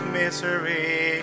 misery